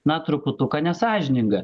na truputuką nesąžininga